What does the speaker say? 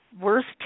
worst